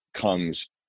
comes